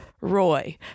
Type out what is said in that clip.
Roy